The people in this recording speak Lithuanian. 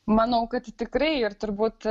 manau kad tikrai ir turbūt